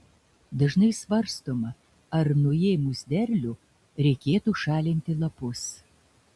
dažnai svarstoma ar nuėmus derlių reikėtų šalinti lapus